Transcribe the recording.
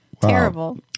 Terrible